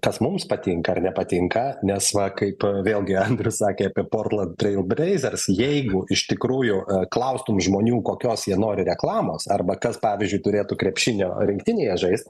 kas mums patinka ar nepatinka nes va kaip vėlgi andrius sakė apie porland trail blazers jeigu iš tikrųjų klaustum žmonių kokios jie nori reklamos arba kas pavyzdžiui turėtų krepšinio rinktinėje žaist